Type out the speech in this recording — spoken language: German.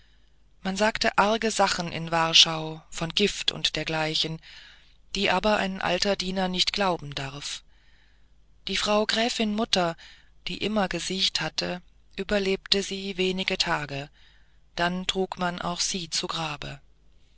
man sagt arge sachen in warschau von gift und dergleichen die aber ein alter diener nicht glauben darf die frau gräfin mutter die immer gesiecht hatte überlebte sie wenige tage dann trug man auch sie zu grabe